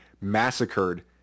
massacred